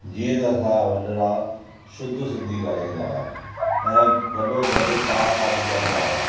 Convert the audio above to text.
जीअं त असां वॾरा शुद्ध सिंधी ॻाल्हाईंदा हुआ ऐं गॾो गॾु पहाका बि चवंदा हुआ